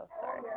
sorry